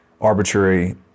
arbitrary